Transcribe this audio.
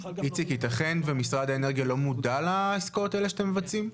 יתכן שמשרד האנרגיה לא מודע לעסקאות האלה שאתם מבצעים?